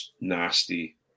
nasty